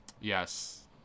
Yes